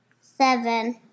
Seven